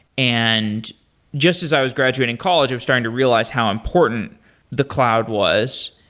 and just as i was graduating college, i was starting to realize how important the cloud was.